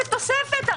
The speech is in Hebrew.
כתוספת.